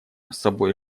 собой